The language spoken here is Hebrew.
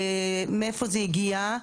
מאיפה זה הגיע,